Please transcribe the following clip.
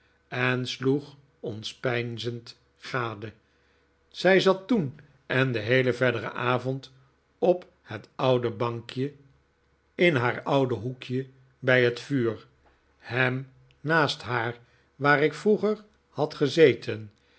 en sloeg ons peinzend gade zij zat toen en den heelen verderen avond op het oude bankje in haar oude hoekje bij het vuur ham naast haar waar ik vroeger had gezeten